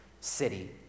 city